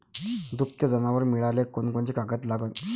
दुभते जनावरं मिळाले कोनकोनचे कागद लागन?